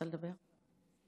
דוד המלך אומר